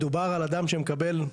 מדובר על אדם שמקבל,